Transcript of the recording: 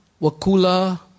Wakula